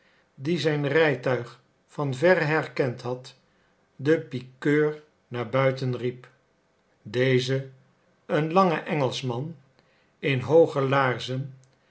die zijn rijtuig van verre herkend had den pikeur naar buiten riep deze een lange engelschman in hooge laarzen